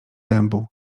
dębu